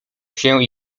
się